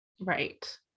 Right